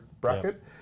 bracket